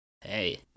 hey